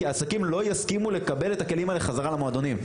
כי העסקים לא יסכימו לקבל את הכלים האלה בחזרה למועדונים,